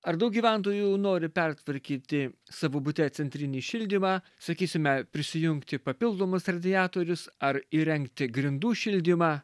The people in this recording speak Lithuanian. ar daug gyventojų nori pertvarkyti savo bute centrinį šildymą sakysime prisijungti papildomus radiatorius ar įrengti grindų šildymą